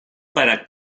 para